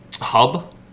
hub